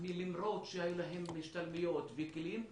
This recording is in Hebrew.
למרות שהיו להם השתלמויות וכלים,